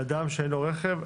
להודעה לאדם שאין לו רישיון רכב.